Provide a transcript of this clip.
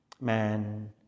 man